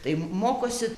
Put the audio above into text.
tai mokosi